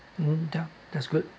mmhmm that that's good